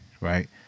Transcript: right